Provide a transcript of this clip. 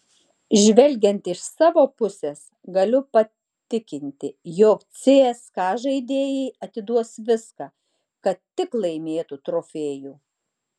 žvelgiant iš savo pusės galiu patikinti jog cska žaidėjai atiduos viską kad tik laimėtų trofėjų